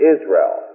Israel